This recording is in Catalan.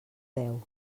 deu